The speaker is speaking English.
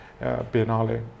Biennale